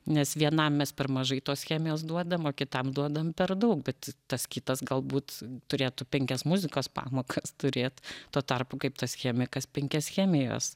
nes vienam mes per mažai tos chemijos duodam o kitam duodame per daug bet tas kitas galbūt turėtų penkias muzikos pamokas turėt tuo tarpu kaip tas chemikas penkias chemijos